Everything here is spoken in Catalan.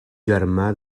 germà